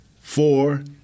four